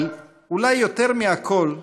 אבל אולי יותר מכול,